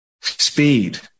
Speed